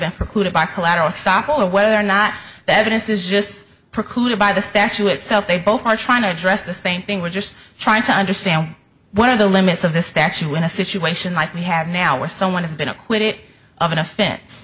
been precluded by collateral stop or whether or not that evidence is just precluded by the statue itself they both are trying to address the same thing we're just trying to understand what are the limits of the statue in a situation like we have now where someone has been acquitted of an offe